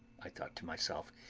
i thought to myself,